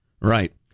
Right